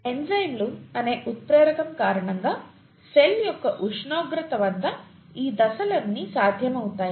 ఎంజైమ్లు అనే ఉత్ప్రేరకం కారణంగా సెల్ యొక్క ఉష్ణోగ్రత వద్ద ఈ దశలన్నీ సాధ్యమవుతాయి